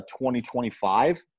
2025